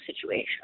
situation